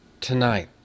Tonight